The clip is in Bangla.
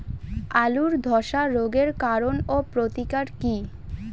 আলুর ধসা রোগের কারণ ও প্রতিকার কি?